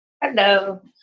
Hello